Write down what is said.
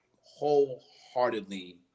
wholeheartedly